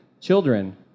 Children